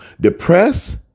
depressed